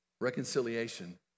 Reconciliation